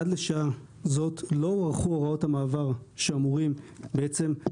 עד לשנה זו לא הוארכו הוראות המעבר שאמורות לתת